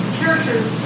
characters